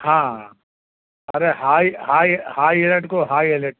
હા અરે high high high alert કહો હાઈ એલેર્ટ